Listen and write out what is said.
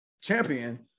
champion